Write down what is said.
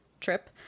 trip